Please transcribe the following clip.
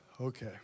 Okay